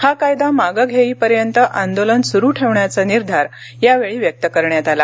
हा कायदा मागं घेईपर्यंत आंदोलन सुरू ठेवण्याचा निर्धार यावेळी व्यक्त करण्यात आला